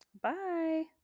Bye